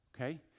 Okay